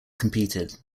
competed